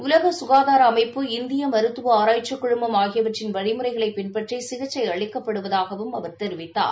உலகசுகாதாரஅமைப்பு இந்தியமருத்துவஆராய்ச்சிக் கவுன்சில் ஆகியவற்றின் வழிமுறைகளைபின்பற்றிசிகிச்சைஅளிக்கப்படுவதாகவும் அவர் தெரிவித்தார்